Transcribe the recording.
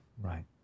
Right